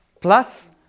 plus